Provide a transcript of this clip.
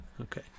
okay